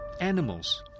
animals